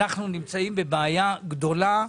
אנחנו נמצאים בבעיה גדולה.